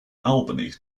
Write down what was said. albany